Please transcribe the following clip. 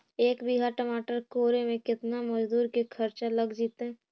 एक बिघा टमाटर कोड़े मे केतना मजुर के खर्चा लग जितै?